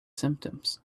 symptoms